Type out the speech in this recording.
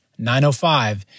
905